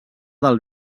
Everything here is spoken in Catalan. del